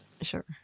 Sure